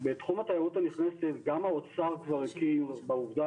בתחום התיירות הנכנסת גם האוצר כבר הכיר בעובדה